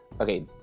Okay